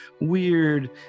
weird